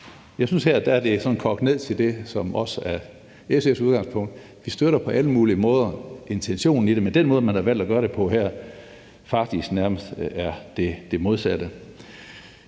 Her synes jeg, det er kogt ned til det, som også er SF's udgangspunkt. Vi støtter på alle mulige måder intentionen i det, men den måde, man har valgt at gøre det på her, medfører faktisk nærmest det modsatte.